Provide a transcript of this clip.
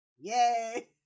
Yay